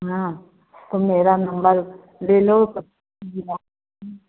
हाँ तो मेरा नंबर ले लो जी